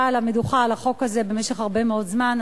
על המדוכה על החוק הזה במשך הרבה מאוד זמן.